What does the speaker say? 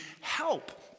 help